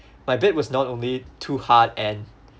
my bed was not only too hard and